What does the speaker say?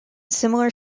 similar